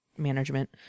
management